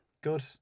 Good